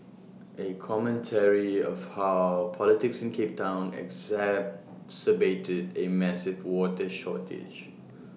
A commentary of how politics in cape Town exacerbated A massive water shortage